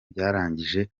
byarangije